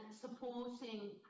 supporting